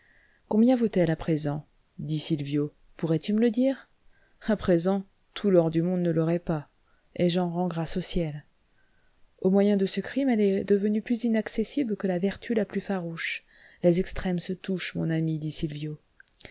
combien vaut-elle à présent dit sylvio pourrais-tu me le dire à présent tout l'or du monde ne l'aurait pas et j'en rends grâce au ciel au moyen de ce crime elle est devenue plus inaccessible que la vertu la plus farouche les extrêmes se touchent mon ami dit